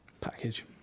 Package